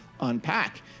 unpack